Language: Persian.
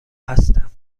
هستم